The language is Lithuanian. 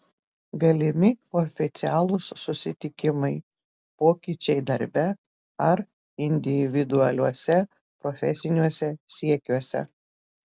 galimi oficialūs susitikimai pokyčiai darbe ar individualiuose profesiniuose siekiuose